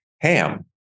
ham